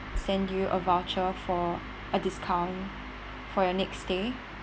send you a voucher for a discount for your next stay